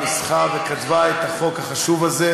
ניסחה וכתבה את החוק החשוב הזה,